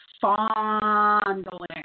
fondling